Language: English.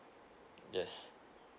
yes